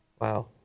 Wow